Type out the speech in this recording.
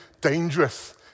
dangerous